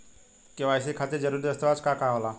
KYC खातिर जरूरी दस्तावेज का का होला?